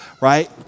right